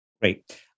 Great